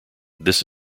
this